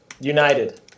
United